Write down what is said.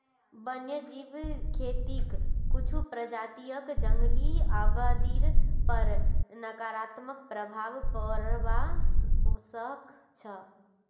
वन्यजीव खेतीक कुछू प्रजातियक जंगली आबादीर पर नकारात्मक प्रभाव पोड़वा स ख छ